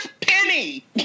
Penny